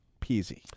peasy